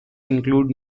include